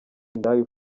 indaya